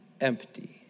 empty